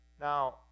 Now